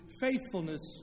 faithfulness